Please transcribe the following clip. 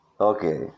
Okay